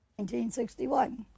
1961